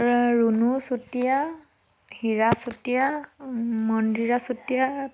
Runu Chutia Hira Chutia Mandira Chutia